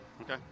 Okay